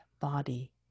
body